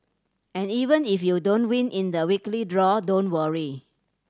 and even if you don't win in the weekly draw don't worry